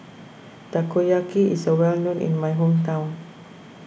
Takoyaki is well known in my hometown